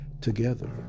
together